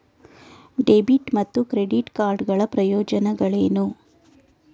Debit ಮತ್ತು credit card ಗಳ ಪ್ರಯೋಜನಗಳೇನು?